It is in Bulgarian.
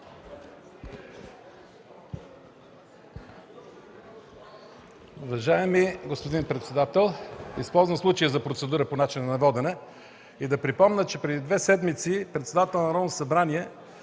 Уважаеми господин председател, използвам случая за процедура по начина на водене и да припомня, че преди две седмици председателят на Народното събрание